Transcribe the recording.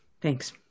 Thanks